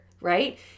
right